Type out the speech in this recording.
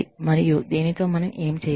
మరియు దీనితో మనం ఏమి చేయాలి